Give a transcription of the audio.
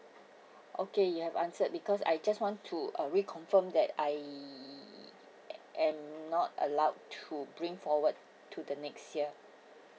okay you've answered because I just want to uh reconfirm that I am not allowed to bring forward to the next year